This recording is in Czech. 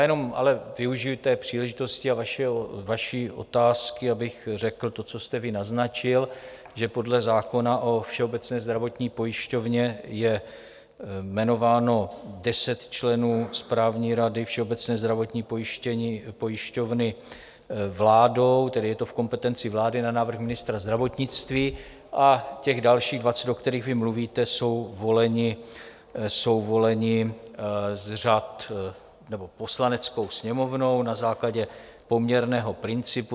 Jenom ale využiji té příležitosti a vaší otázky, abych řekl, co jste naznačil, že podle zákona o Všeobecné zdravotní pojišťovně je jmenováno 10 členů Správní rady Všeobecné zdravotní pojišťovny vládou, tedy je to v kompetenci vlády na návrh ministra zdravotnictví, a těch dalších 20, o kterých vy mluvíte, jsou voleni Poslaneckou sněmovnou na základě poměrného principu.